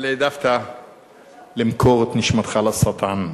אבל העדפת למכור את נשמתך לשטן.